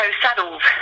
Saddles